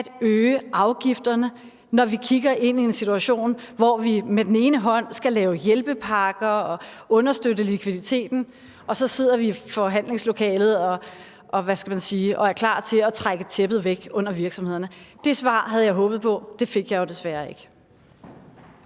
jeg desværre ikke. Vi kigger ind i en situation, hvor vi skal lave hjælpepakker og understøtte likviditeten, og så sidder vi i forhandlingslokalet og er klar til at trække tæppet væk under virksomhederne. Kl. 14:13 Formanden (Henrik Dam Kristensen):